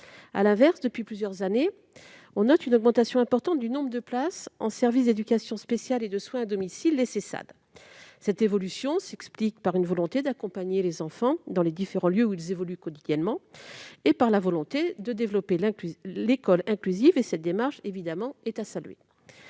À l'inverse, depuis plusieurs années, on observe une augmentation importante du nombre de places en service d'éducation spéciale et de soins à domicile (Sessad). Cette évolution s'explique par une volonté d'accompagner les enfants dans les différents lieux dans lesquels ils évoluent quotidiennement et de développer l'école inclusive, démarche qui est à saluer.